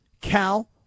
Cal